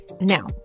Now